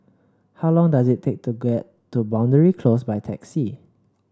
how long does it take to get to Boundary Close by taxi